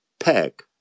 peg